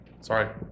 Sorry